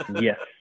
Yes